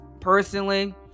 personally